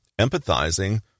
Empathizing